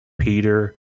Peter